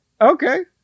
okay